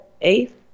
eighth